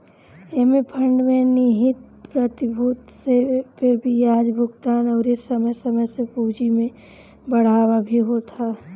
एमे फंड में निहित प्रतिभूति पे बियाज भुगतान अउरी समय समय से पूंजी में बढ़ावा भी होत ह